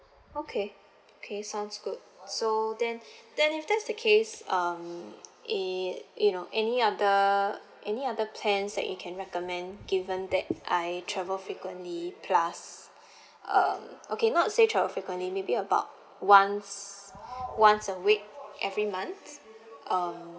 okay okay sounds good so then then if that's the case um eh you know any other any other plans that you can recommend given that I travel frequently plus uh okay not say travel frequently maybe about once once a week every month um